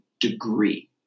degree